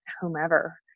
whomever